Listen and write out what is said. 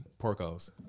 Porcos